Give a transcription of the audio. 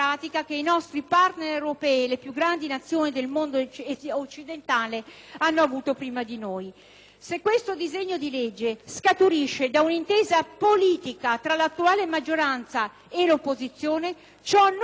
Se questo disegno di legge scaturisce da un'intesa politica tra l'attuale maggioranza e l'opposizione, ciò non può comportare l'implicito sospetto di un inconfessabile accordo sotterraneo.